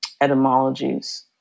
etymologies